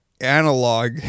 analog